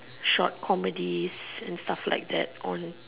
short comedies and stuff like that on